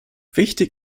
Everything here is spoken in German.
wichtig